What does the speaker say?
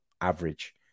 average